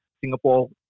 Singapore